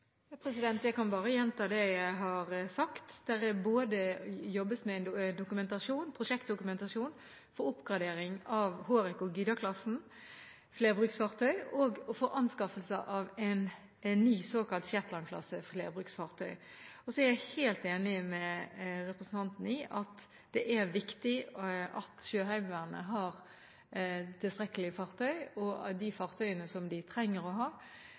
Jeg kan bare gjenta det jeg har sagt: Det jobbes med både en prosjektdokumentasjon for oppgradering av Hårek- og Gyda-klasse flerbruksfartøy og for anskaffelse av en ny såkalt Shetland-klasse flerbruksfartøy. Så er jeg helt enig med representanten i at det er viktig at Sjøheimevernet har tilstrekkelige fartøy og de fartøyene som de trenger å ha.